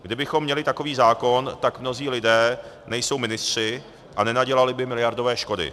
Kdybychom měli takový zákon, tak mnozí lidé nejsou ministři a nenadělali by miliardové škody.